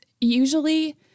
usually